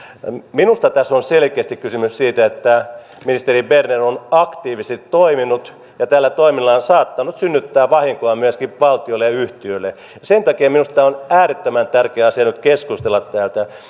minusta tässä on selkeästi kysymys siitä että ministeri berner on aktiivisesti toiminut ja tällä toiminnallaan saattanut synnyttää vahinkoa myöskin valtiolle ja yhtiölle sen takia minusta tämä on äärettömän tärkeä asia nyt keskustella täällä